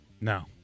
No